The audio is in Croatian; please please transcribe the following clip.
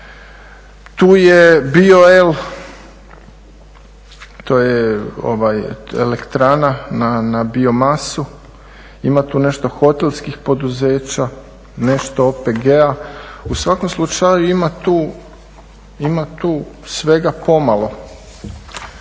Tu je Bio-el, to je elektrana na biomasu. Ima tu nešto hotelskih poduzeća, nešto OPG-a. U svakom slučaju ima tu svega pomalo.